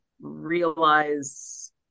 realize